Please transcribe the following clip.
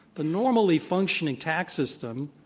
the normally functioning tax system